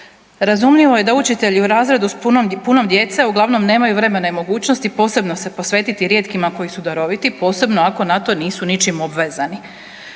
Razumljivo je da učitelji u razredu s puno djece uglavnom nemaju vremena i mogućnosti posebno se posvetiti rijetkima koji su daroviti, posebno ako na to nisu ničim obvezani.